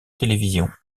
télévision